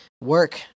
work